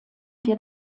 wir